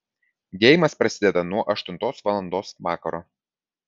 geimas prasideda nuo aštuntos valandos vakaro